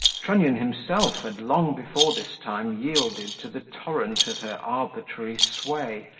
trunnion himself had long before this time yielded to the torrent of her arbitrary sway,